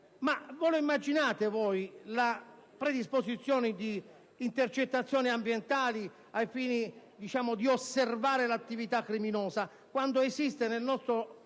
si possa immaginare la predisposizione di intercettazioni ambientali per osservare l'attività criminosa, quando esiste nel nostro